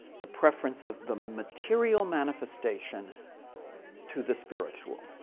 the preference of the material manifestation to the spiritual.